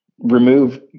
remove